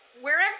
wherever